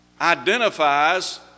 identifies